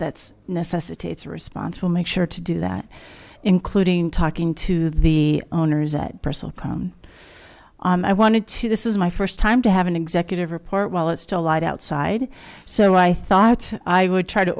that's necessary to its response will make sure to do that including talking to the owners that person i wanted to this is my first time to have an executive report while it's still light outside so i thought i would try to